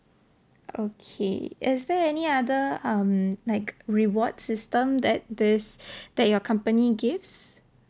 okay is there any other um like reward system that this that your company gives